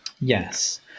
Yes